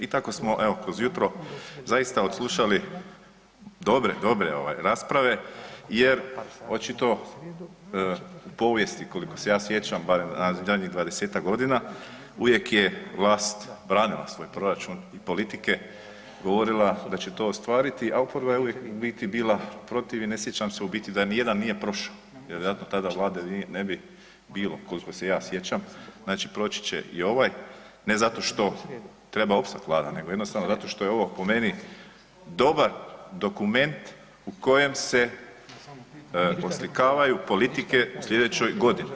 I tako smo evo kroz jutro zaista odslušali dobre, dobre ovaj rasprave jer očito povijesti koliko se ja sjećam barem zadnjih 20-tak godina uvijek je vlast branila svoj proračun i politike, govorila da će to ostvariti, a uporno je uvijek u biti bila protiv i ne sjećam u biti da ni jedan nije prošao, vjerojatno tada vlade ne bi bilo, koliko se ja sjećam, znači proći će i ovaj ne zato što treba opstati Vlada nego jednostavno zato što je ovo po meni dobar dokument u kojem se oslikavaju politike u slijedećoj godini.